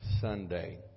Sunday